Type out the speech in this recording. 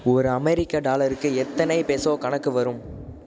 ஒரு அமெரிக்கா டாலருக்கு எத்தனை பெசோ கணக்கு வரும்